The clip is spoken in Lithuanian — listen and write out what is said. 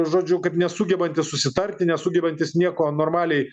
žodžiu kaip nesugebantis susitarti nesugebantis nieko normaliai